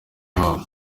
babo